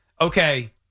okay